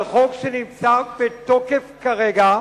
על חוק שנמצא בתוקף כרגע,